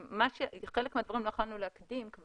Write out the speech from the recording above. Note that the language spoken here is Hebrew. חלק מהדברים לא יכולנו להקדים כי